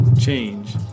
change